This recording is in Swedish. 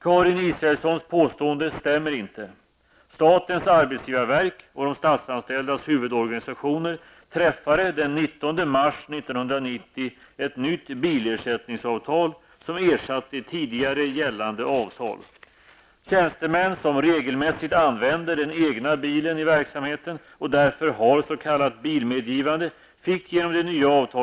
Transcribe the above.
Karin Israelssons påstående stämmer inte. Statens arbetsgivarverk och de statsanställdas huvudorganisationer träffade den 19 mars 1990 ett nytt bilersättningsavtal som ersatte tidigare gällande avtal. Tjänstemän som regelmässigt använder den egna bilen i verksamheten och därför har s.k.